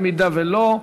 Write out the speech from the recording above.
אם לא,